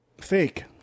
Fake